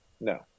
No